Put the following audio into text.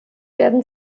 werden